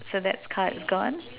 so that card is gone